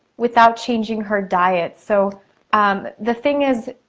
without changing her diet. so the thing is,